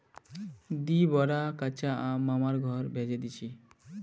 दी बोरा कच्चा आम मामार घर भेजे दीछि